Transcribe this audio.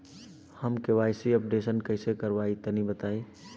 हम KYC updation कइसे करवाई तनि बताई?